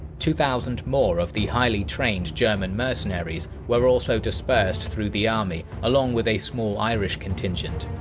two thousand more of the highly trained german mercenaries were also dispersed through the army, along with a small irish contingent.